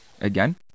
again